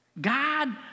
God